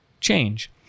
change